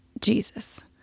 Jesus